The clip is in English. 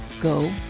go